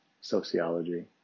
sociology